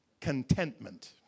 contentment